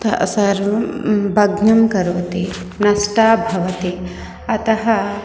ते सर्वे भग्नं करोति नष्टाः भवन्ति अतः